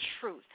truth